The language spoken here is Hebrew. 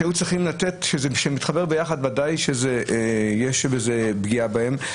וכשזה מתחבר ביחד בוודאי שיש פגיעה בהם.